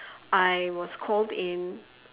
I was called in